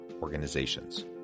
organizations